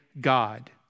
God